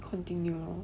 continue lor